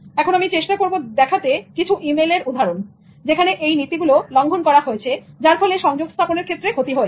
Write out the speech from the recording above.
এখন আমি চেষ্টা করব দেখাতে কিছু ই মেইল এর উদাহরণ যেখানে এই নীতি গুলো লঙ্ঘন করা হয়েছে যার ফলে সংযোগ স্থাপনের ক্ষেত্রে ক্ষতি হয়েছে